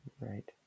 Right